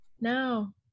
no